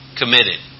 committed